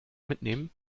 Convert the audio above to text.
mitnehmen